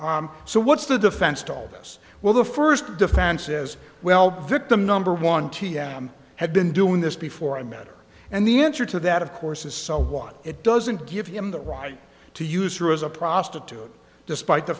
him so what's the defense to all this well the first defense is well victim number one t m had been doing this before i met her and the answer to that of course is someone it doesn't give him the right to use her as a prostitute despite the